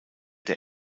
der